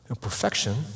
perfection